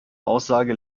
aussage